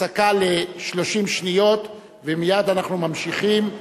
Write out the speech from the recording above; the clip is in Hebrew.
הפסקה ל-30 שניות ומייד אנחנו ממשיכים.